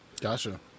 Gotcha